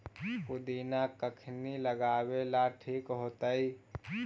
पुदिना कखिनी लगावेला ठिक होतइ?